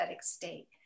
state